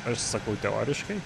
aš sakau teoriškai